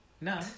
No